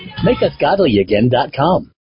makeusgodlyagain.com